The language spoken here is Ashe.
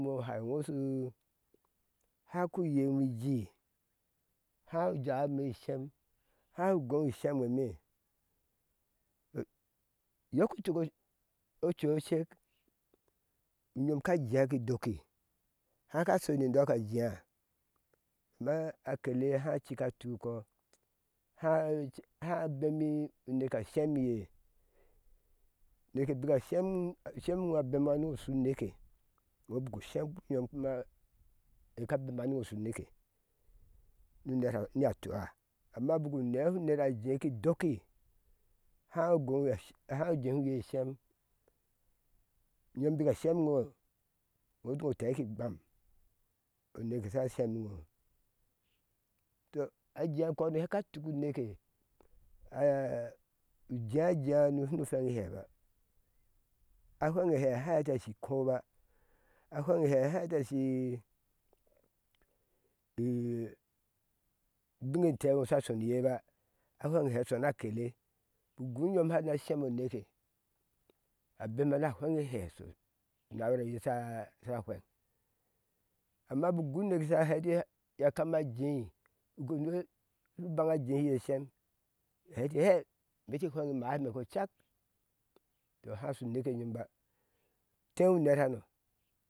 hai iŋo shu há ku yeŋu iji hauja ime ishem hau ugɔ ŋi isheu eme yoku tuk ocu ocek unyom ka jea ji doki háka shooi ni indoka jea doma a kele ye háá cika tukɔ haaci háá bemi uneke ashim iye neke bika a shem shem iŋo a bema ni iŋo shu nike iŋo biku shem iye kuma ka bema ni shu neke nu nerha niye atua amma buku nehi unerha ajea ki doki hau gono hau jehi eye ishem nyom bika shem ŋo iŋo ati ŋo teki gbam oneke sha shemi iŋo to a jea inkɔno háka tuka uneke u jea jea nu shuna fweŋi ihɛba a fweŋehɛ háka shi koba a feweŋehe haka shi ubine tuŋo sha shoni eyeba afweŋe hɛ asho na kele ugu nyom shana shemo oneke abema na fweŋ ana shar ke eye sha fweŋ amma bik ugu neke sha hɛ ati ya kama jei gunuk ubaŋŋa a jehi iye shem heti hé meti fweŋ imaa me ko cak to ahá shu neke nyomba teŋu her hano